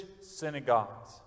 synagogues